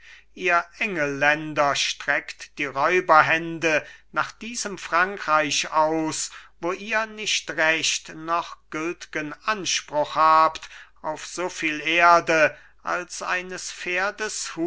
ihr engelländer streckt die räuberhände nach diesem frankreich aus wo ihr nicht recht noch gültgen anspruch habt auf so viel erde als eines pferdes